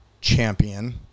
champion